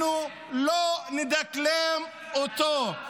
הרס וחורבן בעזה.